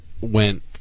went